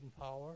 power